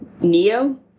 Neo